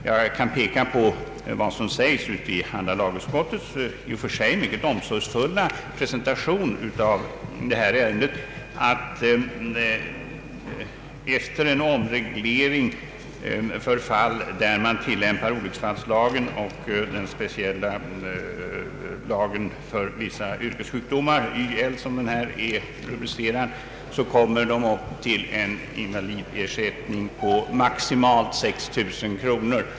Jag vill peka på vad som sägs i andra lagutskottets i och för sig mycket omsorgsfulla presentation av detta ärende. Utskottet skriver att efter en omreglering för fall där man tillämpar olycksfallslagen och den speciella lagen för vissa yrkessjukdomar, YL, som den här är rubricerad, kommer man upp till en invalidersättning på maximalt 6 000 kronor.